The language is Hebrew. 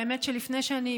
האמת שאני,